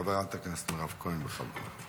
חברת הכנסת מירב כהן, בבקשה.